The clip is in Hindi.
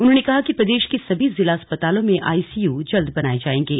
उन्होंने कहा कि प्रदेश के सभी जिला अस्पतालों मे आईसीयू जल्द बनाए जाएंगे